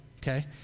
Okay